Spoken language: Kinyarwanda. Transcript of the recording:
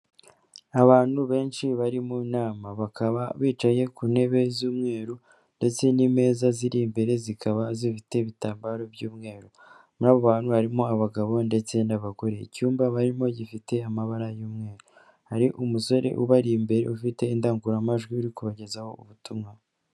Abantu benshi bari mu nama bakaba bicaye ku ntebe z'umweru, ndetse n'ameza ziri imbere zikaba zifite ibitambaro by'umweru. Muri abo bantu harimo abagabo ndetse n'abagore. Icyumba barimo gifite amabara y'umweru, hari umusore ubari imbere ufite indangururamajwi arikubagezaho ubutumwa.